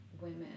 women